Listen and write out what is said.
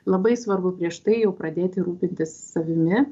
labai svarbu prieš tai jau pradėti rūpintis savimi